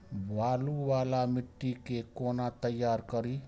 बालू वाला मिट्टी के कोना तैयार करी?